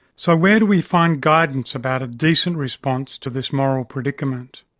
so where do we find guidance about a decent response to this moral predicament?